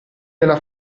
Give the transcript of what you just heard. nella